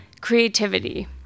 creativity